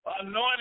anointed